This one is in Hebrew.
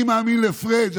אני מאמין לפריג'.